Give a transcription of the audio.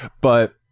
But-